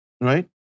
right